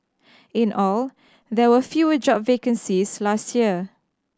in all there were fewer job vacancies last year